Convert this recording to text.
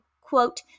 quote